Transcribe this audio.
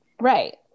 Right